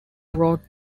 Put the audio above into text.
wrote